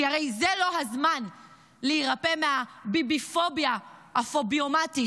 כי הרי זה לא הזמן להירפא מהביביפוביה הפוביומטית